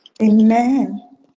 Amen